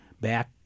back